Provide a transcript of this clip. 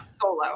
solo